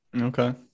Okay